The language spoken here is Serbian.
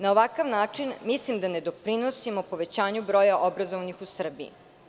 Na ovakav način mislim da ne doprinosimo povećanju broja obrazovanih u Srbiji.